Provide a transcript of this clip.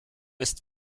ist